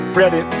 ready